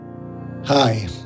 Hi